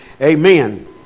amen